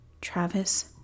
Travis